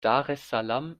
daressalam